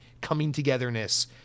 coming-togetherness